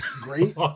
great